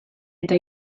eta